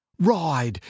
ride